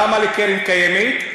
למה לקרן קיימת?